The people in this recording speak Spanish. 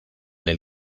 del